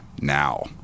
now